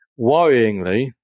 Worryingly